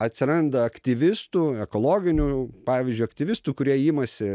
atsiranda aktyvistų ekologinių pavyzdžiui aktyvistų kurie imasi